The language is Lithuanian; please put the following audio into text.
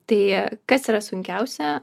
tai kas yra sunkiausia